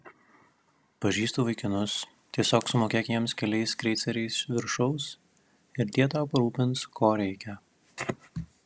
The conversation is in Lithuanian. pažįstu vaikinus tiesiog sumokėk jiems keliais kreiceriais viršaus ir tie tau parūpins ko reikia